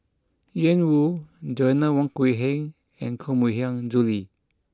Ian Woo Joanna Wong Quee Heng and Koh Mui Hiang Julie